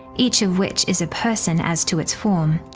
each of which is a person as to its form,